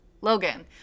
logan